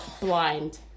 blind